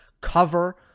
cover